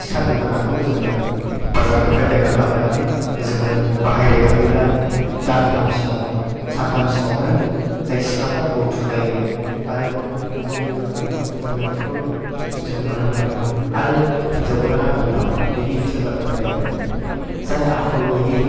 सिखा गोदानखौ जोङो बाजारनिफ्राय बायनानै लाबोनानै जोङो बाहायबाय थाफैब्ला दानथामसिमाव सानथामसिमावनो जाय सिखाफ्रा बुथुवा जायो आरो बौयि जालाङो जों बेफोरखौ जों नुनो मोनो आरो हिनजाव गोदाना दानथाम बेनि ओंथिया जादों जाहैबाय जाय आखल गैयै